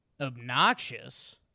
obnoxious